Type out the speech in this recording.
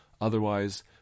Otherwise